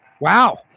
Wow